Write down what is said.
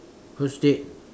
first date